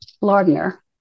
Lardner